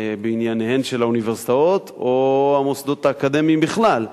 של האוניברסיטאות או המוסדות האקדמיים בכלל,